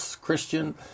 Christian